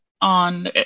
on